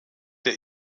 der